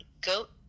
goat